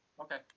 Okay